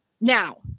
Now